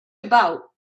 about